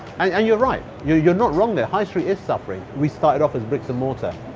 and you're right. you're you're not wrong there, high street is suffering. we started off as bricks-and-mortar,